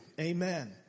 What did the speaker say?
Amen